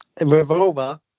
Revolver